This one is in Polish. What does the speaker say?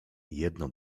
jedno